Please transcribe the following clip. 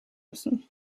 müssen